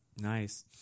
Nice